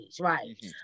right